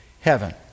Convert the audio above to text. heaven